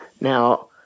Now